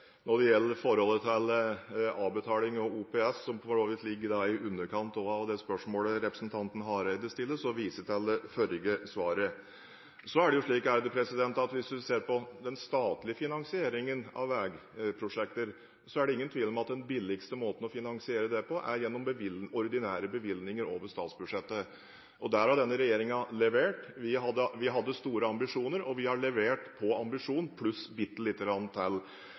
Når det gjelder forholdet til avbetaling og OPS, som for så vidt også ligger under det spørsmålet representanten Hareide stiller, viser jeg til det forrige svaret. Hvis en ser på den statlige finansieringen av veiprosjekter, er det ingen tvil om at den billigste måten å finansiere veiprosjekter på er gjennom ordinære bevilgninger over statsbudsjettet. Her har denne regjeringen levert. Vi hadde store ambisjoner. Vi har levert når det gjelder ambisjon, pluss bitte lite grann til.